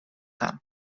gaan